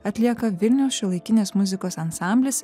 atlieka vilniaus šiuolaikinės muzikos ansamblis